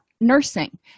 nursing